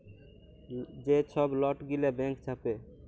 যে ছব লট গিলা ব্যাংক ছাপে